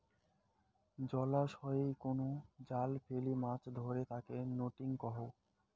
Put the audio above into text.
জলাশয়ই কুনো জাল ফেলি মাছ ধরে তাকে নেটিং কহু